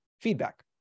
feedback